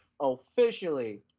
officially